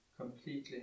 completely